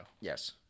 Yes